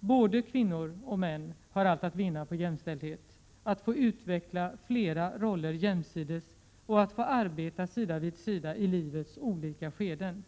Både kvinnor och män har allt att vinna på jämställdhet, att få utveckla flera roller jämsides och att få arbeta sida vid sida i livets olika skeden.